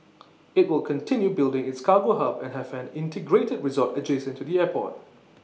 IT will continue building its cargo hub and have an integrated resort adjacent to the airport